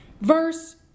Verse